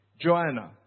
Joanna